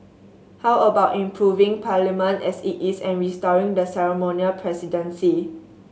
how about improving Parliament as it is and restoring the ceremonial presidency